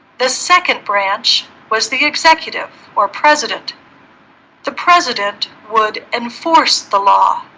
the second branch was the executive or president the president would enforce the law